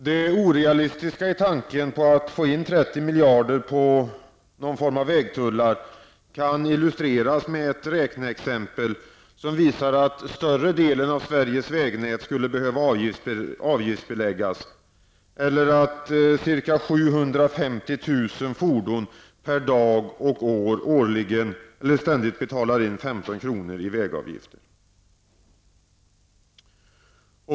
Det orealistiska i tanken på att få in 30 miljarder på någon form av vägtullar kan illustreras med ett räkneexempel som visar, att större delen av Sveriges vägnät skulle behöva avgiftsbeläggas eller att ca 750 000 fordon per dag och år betalar 15 kr. i vägavgift.